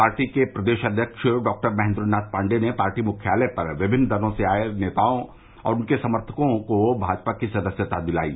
party के प्रदेश अध्यक्ष डॉक्टर महेन्द्रनाथ पाण्डेय ने पार्टी मुख्यालय पर विभिन्न दलों से आये नेताओं को उनके समर्थकों के साथ भाजपा की सदस्यता दिलायी